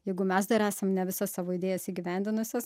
jeigu mes dar esam ne visas savo idėjas įgyvendinusios